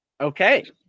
Okay